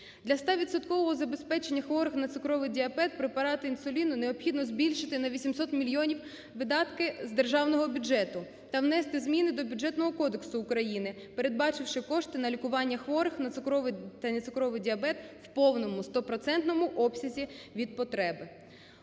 забезпечення хворих на цукровий діабет препаратом інсуліну необхідно збільшити на 800 мільйонів видатки з державного бюджету та внести зміни до Бюджетного кодексу України, передбачивши кошти на лікування хворих на цукровий та нецукровий діабет у повному стопроцентному обсязі від потреб.